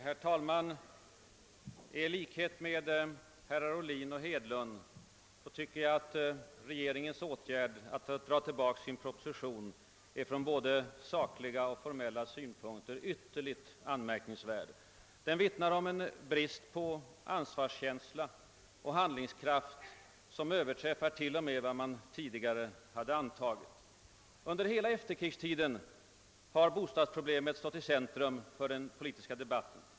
Herr talman! I likhet med herrar Ohlin och Hedlund tycker jag att regeringens åtgärd att dra tillbaka sin proposition är från både sakliga och formella synpunkter ytterligt anmärkningsvärd. Den vittnar om en brist på ansvarskänsla och handlingskraft, som överträffar t.o.m. vad vi tidigare upplevt. Under hela efterkrigstiden har bostadsproblemet stått i centrum för den politiska debatten.